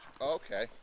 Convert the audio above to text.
Okay